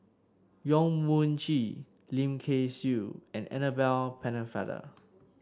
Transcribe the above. Yong Mun Chee Lim Kay Siu and Annabel Pennefather